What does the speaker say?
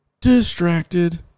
distracted